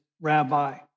rabbi